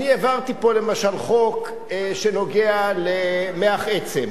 אני העברתי פה למשל חוק שנוגע למוח עצם.